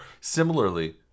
Similarly